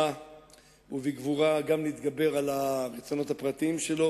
בחוכמה ובגבורה גם להתגבר על הרצונות הפרטיים שלו